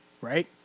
right